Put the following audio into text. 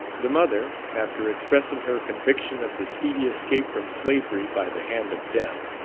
the mother, after expressing her conviction of the speedy escape from slavery by the hand of death,